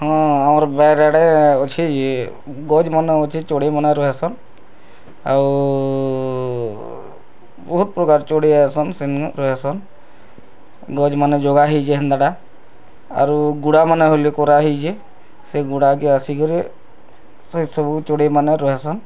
ହଁ ଆମର ବାରିଆଡ଼େ ଅଛି ଇଏ ଗଛ୍ମାନ ଅଛେ ଚଢ଼େଇମାନେ ରହେସନ୍ ଆଉ ବହୁତ୍ ପ୍ରକାର ଚଢ଼େଇ ଆସନ୍ ସେନୁ ରହେସନ୍ ଗଛ୍ମାନ ଜଗା ହେଇଛି ହେନ୍ତାଟା ଆରୁ ଗୁଡ଼ାମାନ ହେଲେ କରା ହେଇଛି ସେ ଗୁଡ଼ାକେ ଆସିକିରି ସେ ସବୁ ଚଢ଼େଇମାନ୍ ରହେସନ୍